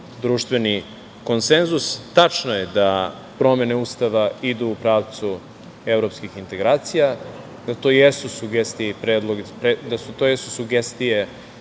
društveni konsenzus. Tačno je da promene Ustava idu u pravcu evropskih integracija, jer to jesu sugestije